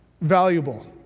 valuable